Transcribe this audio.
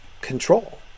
control